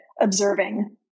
observing